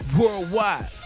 worldwide